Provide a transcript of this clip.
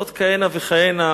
ועוד כהנה וכהנה,